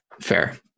Fair